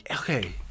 Okay